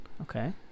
okay